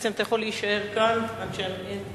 בעצם אתה יכול להישאר עד שתהיה תשובה.